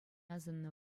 асӑннӑ